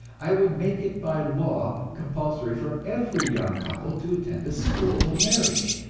i would make it by law compulsory for every young couple to attend a school of marriage,